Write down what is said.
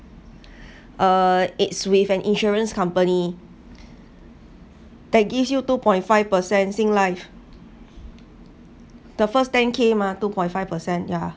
uh if it's with an insurance company they gives you two point five per cent singlife the first ten K mah two point five percent yeah